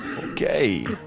Okay